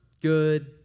good